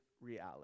reality